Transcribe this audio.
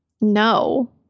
No